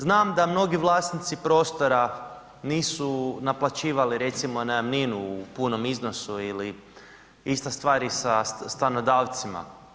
Znam da mnogi vlasnici prostora nisu naplaćivali recimo najamninu u punom iznosu ili ista stvar i sa stanodavcima.